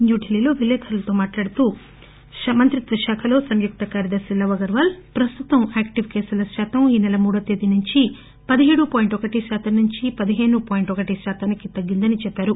న్యూఢిల్లీలో విలేఖర్లతో మాట్లాడుతూ ఆరోగ్య కుటుంబ సంకేమ మంత్రిత్వ శాఖ సంయుక్త కార్యదర్ని లవ్ అగర్వాల్ ప్రస్తుతం యాక్టివ్ కేసుల శాతం ఈ నెల మూడువ తేదీ నుంచి పదిహేడు పాయింట్ ఒకటి శాతం నుంచి పదిహేను పాయింట్ ఒకటి శాతానికి తగ్గిందని చెప్పారు